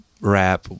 rap